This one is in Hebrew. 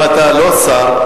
אומנם אתה לא שר,